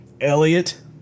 Elliot